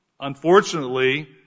Unfortunately